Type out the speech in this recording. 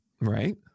Right